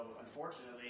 unfortunately